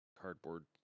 cardboard